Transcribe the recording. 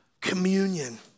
communion